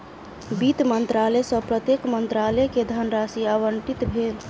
वित्त मंत्रालय सॅ प्रत्येक मंत्रालय के धनराशि आवंटित भेल